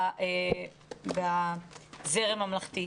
בזרם הממלכתי.